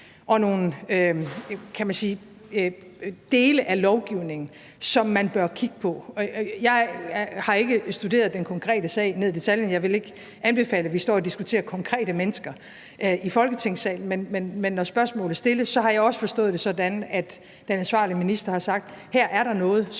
og dele af lovgivningen, som man bør kigge på? Jeg har ikke studeret den konkrete sag ned i detaljen, og jeg vil ikke anbefale, at vi står og diskuterer konkrete mennesker i Folketingssalen, men i det spørgsmål, der blev stillet, har jeg også forstået det sådan, at den ansvarlige minister har sagt, at der her er noget,